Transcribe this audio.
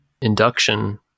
induction